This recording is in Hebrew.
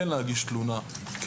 כן להגיש תלונה,